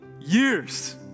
years